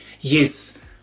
Yes